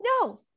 no